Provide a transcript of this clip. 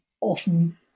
often